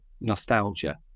Nostalgia